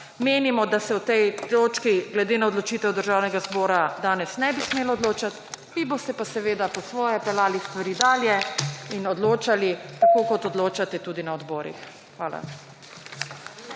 Menimo, da se o tej točki glede na odločitev Državnega zbora danes ne bi smelo odločat. Vi boste pa seveda po svoje peljali stvari dalje in odločali… / znak za konec razprave/ tako kot odločate tudi na odborih. Hvala.